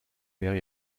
wäre